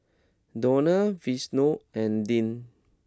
Donal Vashon and Deann